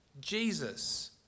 Jesus